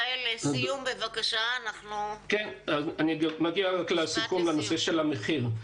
אני מגיע לסיכום בנושא של המחיר.